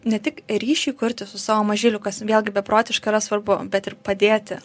ne tik ryšiui kurti su savo mažyliu kas vėlgi beprotiškai yra svarbu bet ir padėti